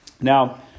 Now